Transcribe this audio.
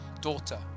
daughter